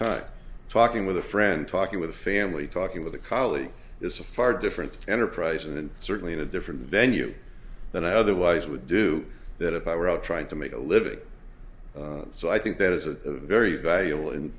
time talking with a friend talking with a family talking with a colleague is a far different enterprise and certainly in a different venue than i otherwise would do that if i were trying to make a living so i think that is a very valuable